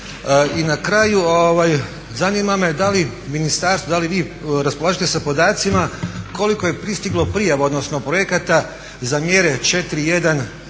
I na kraju zanima me da li ministarstvo, da li vi raspolažete sa podacima koliko je pristiglo prijava, odnosno projekata za mjere 4.1